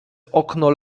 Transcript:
okno